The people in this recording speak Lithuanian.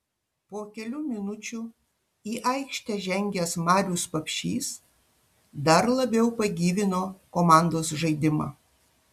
po kelių minučių į aikštę žengęs marius papšys dar labiau pagyvino komandos žaidimą